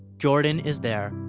jordan is there,